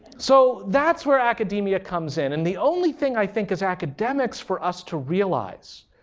so that's where academia comes in. and the only thing i think, as academics, for us to realize,